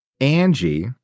Angie